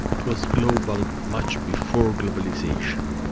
it was global much before globalisation.